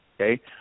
okay